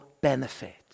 benefit